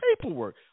paperwork